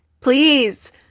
please